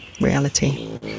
reality